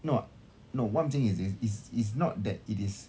not no what I'm saying is this is is is not that it is